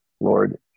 Lord